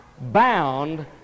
bound